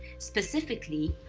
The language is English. specifically,